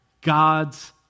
God's